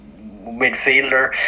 midfielder